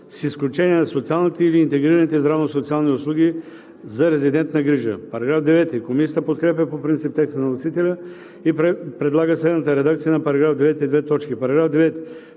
„с изключение на социалните или интегрираните здравно-социални услуги за резидентна грижа“. Комисията подкрепя по принцип текста на вносителя и предлага следната редакция на § 9: „§ 9. В чл.